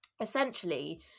Essentially